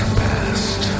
past